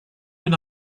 when